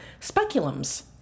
Speculums